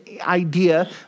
idea